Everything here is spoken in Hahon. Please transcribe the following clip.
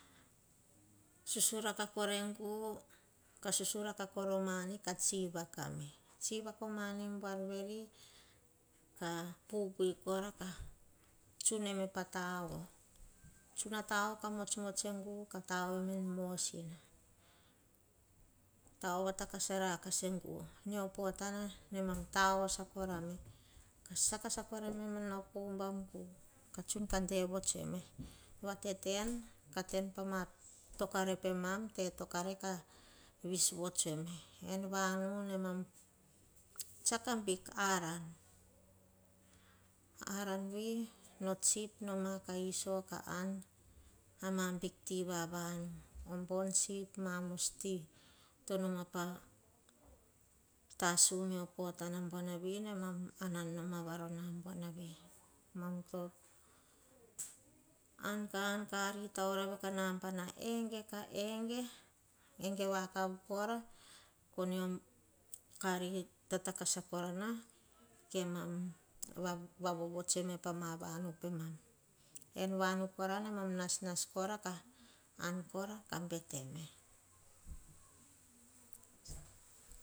Susuraka kora e gu, ka susuraka oh moni ka tsi vaka me, tsi vaka moni buar veri ka pupui kora ka, tsun nem pa tao tsun tao ka motsmots e gu ka tao en mosina. Tao va takasa rakasa e gu mio potana ne mam tao sa kora me. Sakasaka po umbam gu tsun ka de vots tsuem me. Vateten ka ten pa ma to kare peman, te tokare ka vis votsuem me en vanu ne mam tsiko bik aran aran vi no tsip noma ka iso ka ana ma bik ti va vanu born tsip ma mos ti to noma pa tasu me nom ma bon bua na vi ne mam anan noma varona bua navi mam to an enge, kav kora ka ri tatakasa kora na ke mam. va vo vots pa ma vanu ppemam. En vanu kora ne mam nasnas kora an kora ka betem.